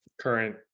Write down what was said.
current